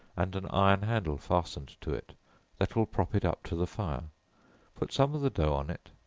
and an iron handle fastened to it that will prop it up to the fire put some of the dough, on it,